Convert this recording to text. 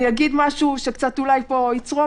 אומר משהו שאולי יצרום,